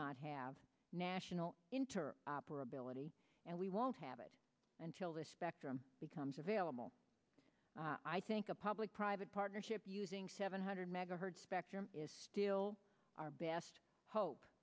not have national interest or ability and we won't have it until the spectrum becomes available i think a public private partnership using seven hundred megahertz spectrum is still our best